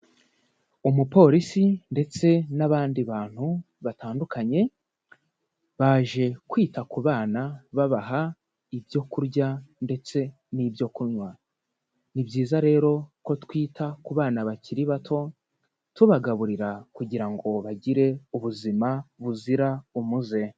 Umupolisi ndetse n'abandi bantu batandukanye, baje kwita ku bana babaha ibyo kurya ndetse n'ibyo kunywa, ni byiza rero ko twita ku bana bakiri bato tubagaburira kugira ngo bagire ubuzima buzira umuze.